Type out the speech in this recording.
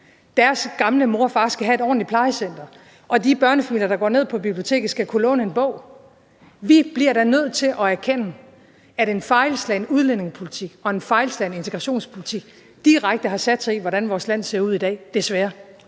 deres gamle mor og far skal have et ordentligt plejecenter, og de børnefamilier, der går ned på biblioteket, skal kunne låne en bog. Vi bliver da nødt til at erkende, at en fejlslagen udlændingepolitik og en fejlslagen integrationspolitik direkte har sat sig i, hvordan vores land ser ud i dag – desværre.